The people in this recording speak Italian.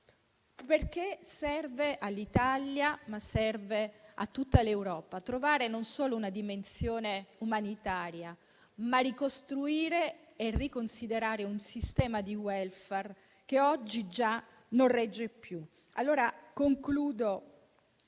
Serve infatti all'Italia e a tutta l'Europa trovare non solo una dimensione umanitaria, ma ricostruire e riconsiderare un sistema di *welfare* che oggi già non regge più. Concludo,